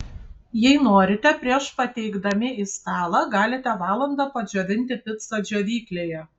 jei norite prieš pateikdami į stalą galite valandą padžiovinti picą džiovyklėje